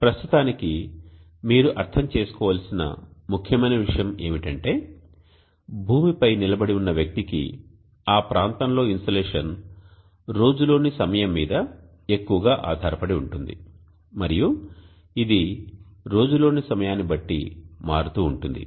ప్రస్తుతానికి మీరు అర్థం చేసుకోవలసిన ముఖ్యమైన విషయం ఏమిటంటే భూమిపై నిలబడి ఉన్న వ్యక్తికి ఆ ప్రాంతంలో ఇన్సోలేషన్ రోజు లోని సమయం మీద ఎక్కువగా ఆధారపడి ఉంటుంది మరియు ఇది రోజులోని సమయాన్ని బట్టి మారుతూ ఉంటుంది